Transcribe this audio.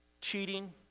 cheating